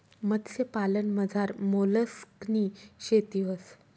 मत्स्यपालनमझार मोलस्कनी शेती व्हस